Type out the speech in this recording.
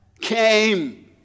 came